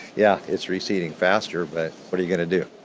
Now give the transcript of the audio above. yeah, it's receding faster, but what are you going to do?